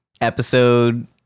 episode